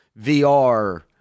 VR